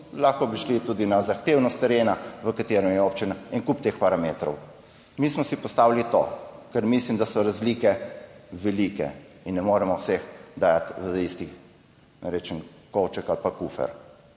Lahko bi šli tudi na zahtevnost terena, v katerem je občina. En kup teh parametrov. Mi smo si postavili to, ker mislim, da so razlike velike in ne moremo vseh dajati v isti, ne rečem kovček ali pa kufer.